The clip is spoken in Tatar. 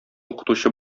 укытучы